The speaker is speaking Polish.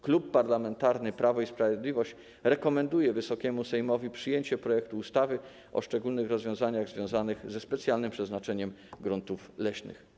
Klub Parlamentarny Prawo i Sprawiedliwość rekomenduje zatem Wysokiemu Sejmowi przyjęcie projektu ustawy o szczególnych rozwiązaniach związanych ze specjalnym przeznaczeniem gruntów leśnych.